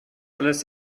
alles